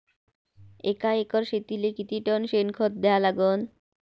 एका एकर शेतीले किती टन शेन खत द्या लागन?